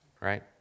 right